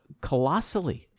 colossally